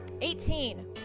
Eighteen